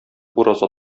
ураза